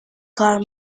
کار